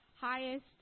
highest